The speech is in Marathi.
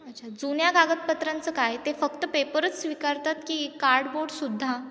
अच्छा जुन्या कागदपत्रांचं काय ते फक्त पेपरच स्वीकारतात की कार्डबोर्ड सुद्धा